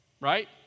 right